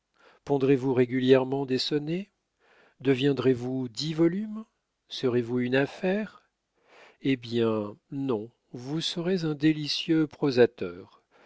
pondrez vous régulièrement des sonnets deviendrez-vous dix volumes serez-vous une affaire eh bien non vous serez un délicieux prosateur